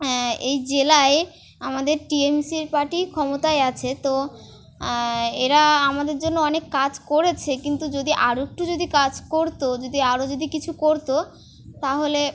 এই জেলায় আমাদের টি এম সির পার্টি ক্ষমতায় আছে তো এরা আমাদের জন্য অনেক কাজ করেছে কিন্তু যদি আরও একটু যদি কাজ করতো যদি আরও যদি কিছু করতো তাহলে